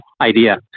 idea